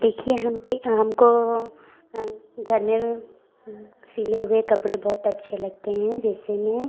देखिए हम के हमको घर में सिले हुए कपड़े बहुत अच्छे लगते हैं जिसमें